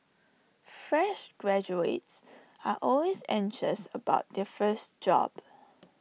fresh graduates are always anxious about their first job